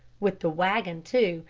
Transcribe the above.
with the wagon too,